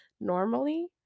normally